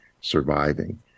surviving